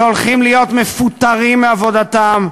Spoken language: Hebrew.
שהולכים להיות מפוטרים מעבודתם,